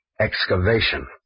excavation